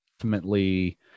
ultimately –